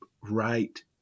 right